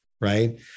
Right